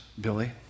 Billy